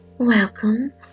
Welcome